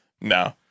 No